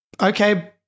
okay